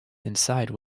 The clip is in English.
inside